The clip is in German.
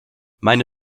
meine